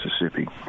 Mississippi